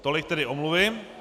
Tolik tedy omluvy.